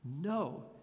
No